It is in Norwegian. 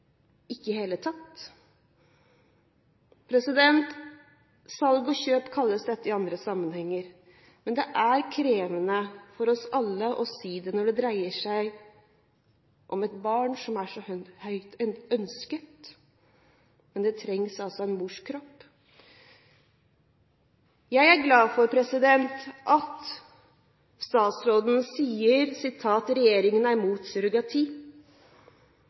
ikke i det hele tatt. Kjøp og salg kalles dette i andre sammenhenger, men det er krevende for oss alle å si det når det dreier seg om et barn som er så høyt ønsket. Men det trengs altså en mors kropp. Jeg er glad for at statsråden sier at «regjeringa er imot surrogati»,